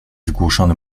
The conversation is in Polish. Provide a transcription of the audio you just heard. zgłuszony